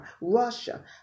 Russia